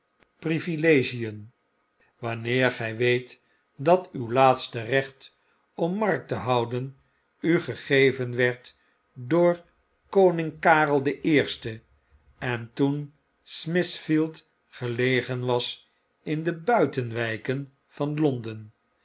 privilegien wanneer gy weet dat uw laatste recht om markt te houden u gegeven werd door koning karel den eerste en toen smithfield gelegen was indebuitenwijken van l